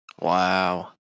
Wow